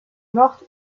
mortes